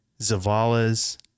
Zavala's